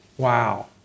Wow